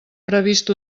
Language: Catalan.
previst